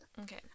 Okay